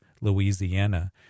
Louisiana